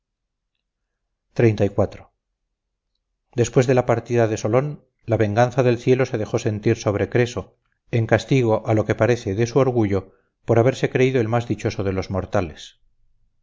de las cosas después de la partida de solón la venganza del cielo se dejó sentir sobre creso en castigo a lo que parece de su orgullo por haberse creído el más dichoso de los mortales